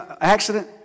accident